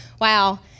Wow